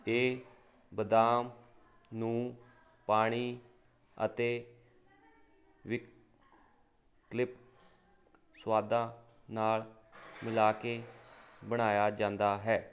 ਇਹ ਬਦਾਮ ਨੂੰ ਪਾਣੀ ਅਤੇ ਵਿਕਲਪਿਕ ਸੁਆਦਾਂ ਨਾਲ ਮਿਲਾ ਕੇ ਬਣਾਇਆ ਜਾਂਦਾ ਹੈ